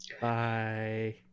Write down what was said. Bye